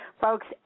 Folks